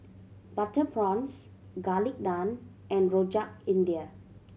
butter prawns Garlic Naan and Rojak India